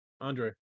Andre